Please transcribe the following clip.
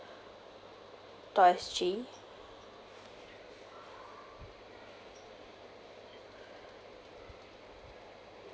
dot S_G